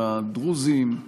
הדרוזיים,